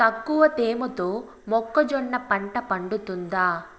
తక్కువ తేమతో మొక్కజొన్న పంట పండుతుందా?